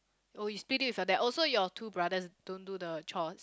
oh you split it with your dad oh so your two brothers don't do the chores